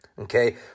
okay